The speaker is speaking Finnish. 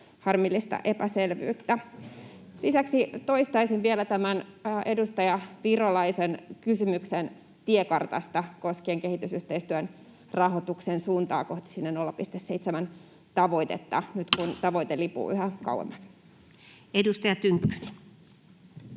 harmillista epäselvyyttä, tilanne? Lisäksi toistaisin vielä tämän edustaja Virolaisen kysymyksen tiekartasta koskien kehitysyhteistyön rahoituksen suuntaa kohti sitä 0,7 tavoitetta nyt, kun tavoite lipuu yhä kauemmas. [Speech